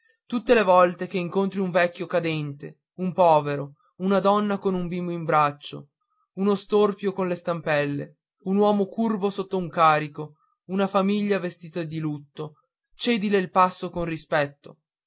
tutte le volte che incontri un vecchio cadente un povero un donna con un bimbo in braccio uno storpio con le stampelle un uomo curvo sotto un carico una famiglia vestita a lutto cedile il passo con rispetto